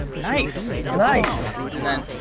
nice! nice. and then,